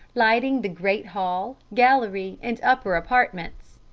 lighting the great hall, gallery, and upper apartments.